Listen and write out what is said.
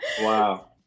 Wow